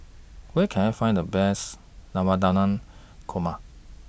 Where Can I Find The Best Navratan Korma